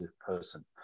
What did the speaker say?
person